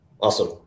Awesome